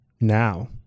now